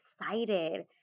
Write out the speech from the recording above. excited